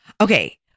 Okay